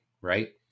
right